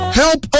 help